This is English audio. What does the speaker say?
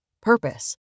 purpose